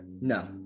No